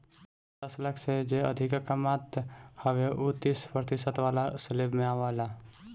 दस लाख से जे अधिका कमात हवे उ तीस प्रतिशत वाला स्लेब में आवेला